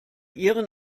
ihren